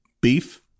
beef